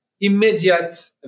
immediate